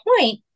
point